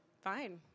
Fine